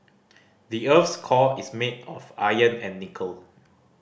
the earth's core is made of iron and nickel